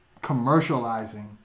commercializing